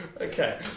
Okay